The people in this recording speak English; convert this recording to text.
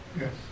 Yes